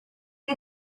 you